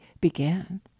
began